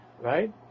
right